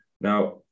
Now